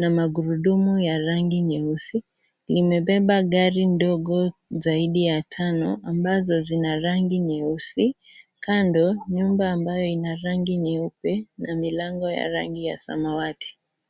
na magurudumu ya rangi nyeusi imebeba gari ndogo zaidi ya tano ambazo zina rangi nyeusi kando nyumba ambayo ina rangi nyeupe na milango ya rangi ya samawati.